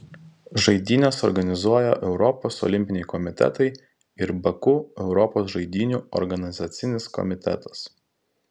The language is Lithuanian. žaidynes organizuoja europos olimpiniai komitetai ir baku europos žaidynių organizacinis komitetas